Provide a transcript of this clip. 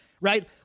Right